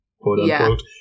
quote-unquote